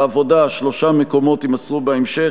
העבודה: שלושה מקומות, יימסרו בהמשך.